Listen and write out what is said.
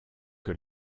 que